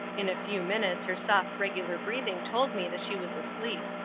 in a few minutes her soft regular breathing told me that she was asleep.